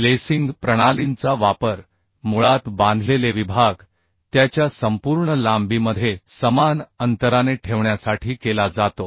lacing प्रणालींचा वापर मुळात बांधलेले विभाग त्याच्या संपूर्ण लांबीमध्ये समान अंतराने ठेवण्यासाठी केला जातो